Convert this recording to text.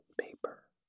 paper